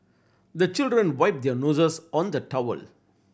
the children wipe their noses on the towel